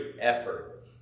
effort